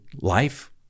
life